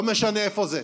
לא משנה איפה זה,